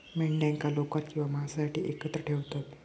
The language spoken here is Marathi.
मेंढ्यांका लोकर किंवा मांसासाठी एकत्र ठेवतत